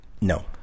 No